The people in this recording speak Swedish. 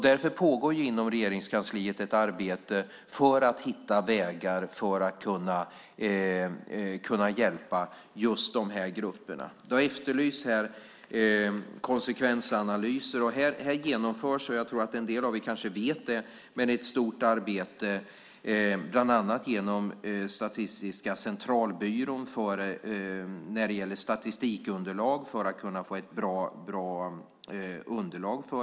Därför pågår inom Regeringskansliet ett arbete för att hitta vägar för att kunna hjälpa just dessa grupper. Det har efterlysts konsekvensanalyser, och en del av er kanske redan vet att det genomförs ett stort arbete, bland annat av Statistiska centralbyrån, för att få ett bra statistikunderlag.